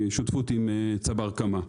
בשותפות עם צבר קמה.